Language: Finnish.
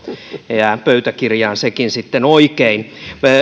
jää pöytäkirjaan sekin sitten oikein